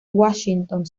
washington